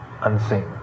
unseen